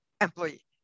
employee